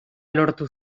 lortu